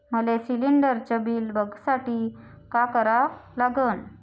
मले शिलिंडरचं बिल बघसाठी का करा लागन?